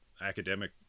academic